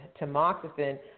tamoxifen